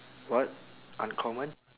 what uncommon